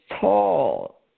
tall